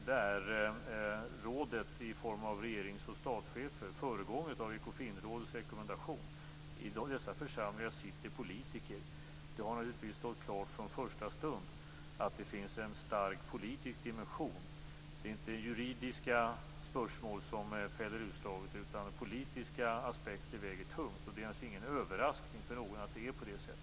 Det är rådet i form av regerings och statschefer som gör detta - förgånget av Ekofinrådets rekommendation. I dessa församlingar sitter politiker. Det har naturligtvis stått klart från första stund att det finns en stark politisk dimension. Det är inte juridiska spörsmål som fäller utslaget utan politiska aspekter väger tungt. Det är naturligtvis ingen överraskning för någon att det är på det sättet.